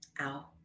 Ow